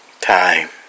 time